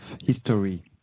history